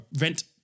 rent